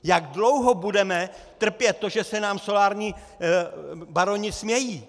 Jak dlouho budeme trpět to, že se nám solární baroni smějí?